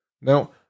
Now